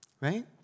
right